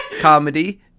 comedy